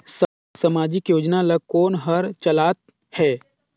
समाजिक योजना ला कोन हर चलाथ हे?